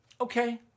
Okay